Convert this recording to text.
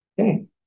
okay